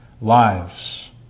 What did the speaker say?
lives